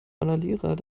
randalierer